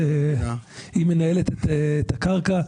היא מנהלת את הקרקע.